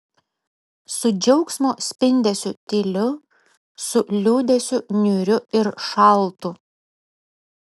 su džiaugsmo spindesiu tyliu su liūdesiu niūriu ir šaltu